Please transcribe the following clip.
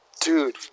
Dude